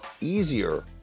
easier